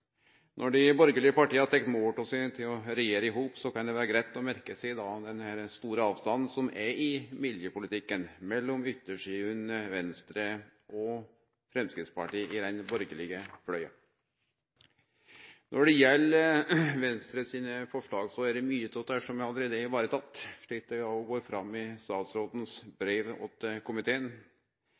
Når dei borgarlege partia tek mål av seg til å regjere i hop, kan det vere greitt å merke seg den store avstanden det er i miljøpolitikken mellom yttersidene Venstre og Framstegspartiet i den borgarlege fløya. Når det gjeld Venstre sine forslag, er det mykje av dette som allereie er vareteke, slik det går fram av statsrådens brev til komiteen,